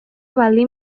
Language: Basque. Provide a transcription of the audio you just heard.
baldin